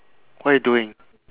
what you doing